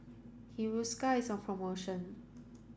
Hiruscar is on promotion